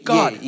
God